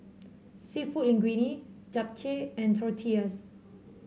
seafood Linguine Japchae and Tortillas